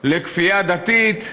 לכפייה דתית.